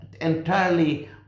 entirely